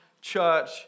church